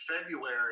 February